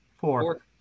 Four